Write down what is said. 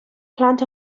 plant